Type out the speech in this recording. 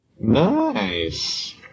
Nice